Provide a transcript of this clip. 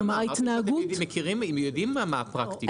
למה, הרי אמרתם שאתם יודעים מה הפרקטיקות?